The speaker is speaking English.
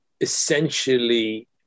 essentially